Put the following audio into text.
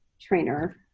trainer